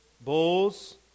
Bulls